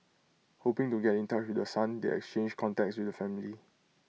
hoping to get in touch with the son they exchanged contacts with the family